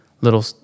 little